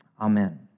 Amen